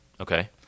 okay